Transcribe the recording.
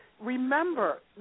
remember